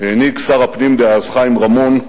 העניק שר הפנים דאז, חיים רמון,